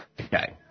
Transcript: Okay